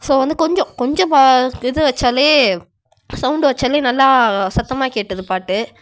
so வந்து கொஞ்சம் கொஞ்சம் இது வச்சாலே சவுண்டு வச்சாலே நல்லா சத்தமாக கேட்டுது பாட்டு